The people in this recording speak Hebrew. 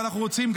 ואנחנו רוצים,